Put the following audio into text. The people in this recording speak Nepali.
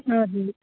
हजुर